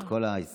את כל היהודים,